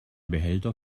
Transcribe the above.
behälter